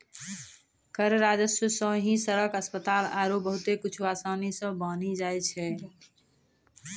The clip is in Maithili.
कर राजस्व सं ही सड़क, अस्पताल आरो बहुते कुछु आसानी सं बानी जाय छै